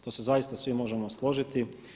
To se zaista svi možemo složiti.